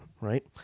Right